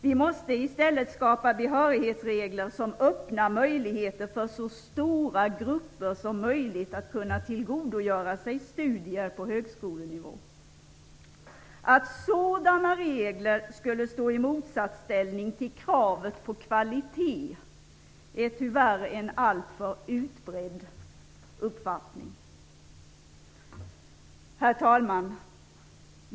Vi måste i stället skapa behörighetsregler som öppnar möjligheter för så stora grupper som möjligt att tillgodogöra sig studier på högskolenivå. Att sådana regler skulle stå i motsatsställning till kravet på kvalitet är tyvärr en alltför utbredd uppfattning. Herr talman!